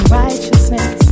righteousness